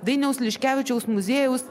dainiaus liškevičiaus muziejaus